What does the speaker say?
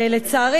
לצערי,